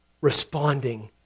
responding